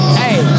hey